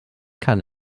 kann